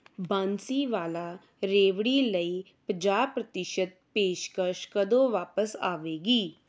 ਬਾਂਸੀਵਾਲਾ ਰੇਵਡੀ ਲਈ ਪੰਜਾਹ ਪ੍ਰਤੀਸ਼ਤ ਪੇਸ਼ਕਸ਼ ਕਦੋਂ ਵਾਪਸ ਆਵੇਗੀ